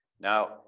Now